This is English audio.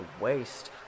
waste